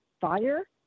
fire